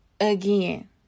Again